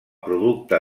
producte